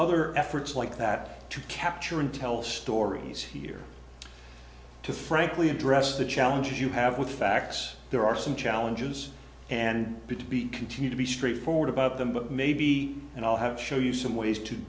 other efforts like that to capture and tell stories here to frankly address the challenges you have with facts there are some challenges and be to be continue to be straightforward about them but maybe i'll have to show you some ways to